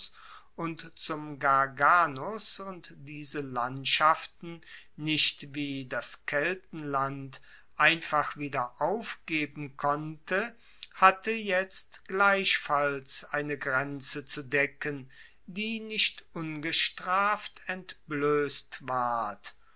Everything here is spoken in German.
und zum garganus und diese landschaften nicht wie das keltenland einfach wieder aufgeben konnte hatte jetzt gleichfalls eine grenze zu decken die nicht ungestraft entbloesst ward